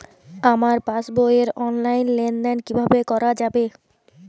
আমার পাসবই র অনলাইন লেনদেন কিভাবে করা যাবে?